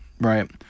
Right